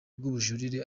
rw’ubujurire